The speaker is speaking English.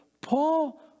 Paul